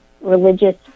religious